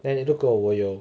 then 你如果我有